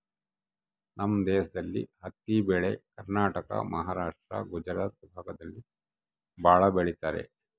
ನಮ್ ದೇಶದಲ್ಲಿ ಹತ್ತಿ ಬೆಳೆ ಕರ್ನಾಟಕ ಮಹಾರಾಷ್ಟ್ರ ಗುಜರಾತ್ ಭಾಗದಲ್ಲಿ ಭಾಳ ಬೆಳಿತರೆ